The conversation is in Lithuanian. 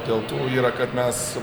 dėl to yra kad mes